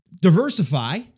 diversify